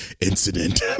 incident